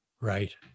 Right